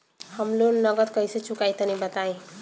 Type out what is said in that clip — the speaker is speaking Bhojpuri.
हम लोन नगद कइसे चूकाई तनि बताईं?